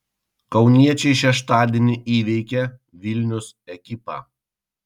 kauniečiai šeštadienį įveikė vilnius ekipą